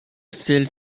celle